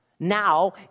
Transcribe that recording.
Now